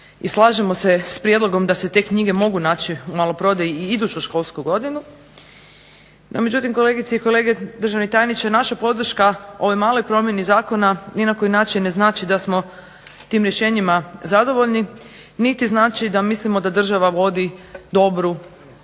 slažemo se da se te knjige mogu naći u maloprodaji i iduću školsku godinu no međutim, kolegice i kolege, državni tajniče naša podrška ovoj maloj promjeni Zakona ni na koji način ne znači da smo tim rješenjima zadovoljni niti znači da mislimo da država vodi dobru odnosno